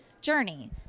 journey